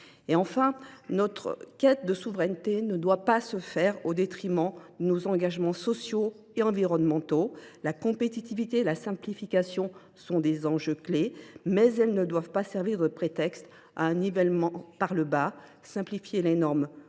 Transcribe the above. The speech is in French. Enfin, notre quête de souveraineté ne doit pas se faire au détriment de nos engagements sociaux et environnementaux. La compétitivité et la simplification sont des enjeux clés, mais elles ne doivent pas servir de prétexte à un nivellement par le bas. Simplifier les normes